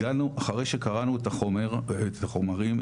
אחרי שקראנו את החומרים,